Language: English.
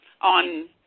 on